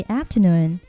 afternoon